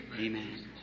amen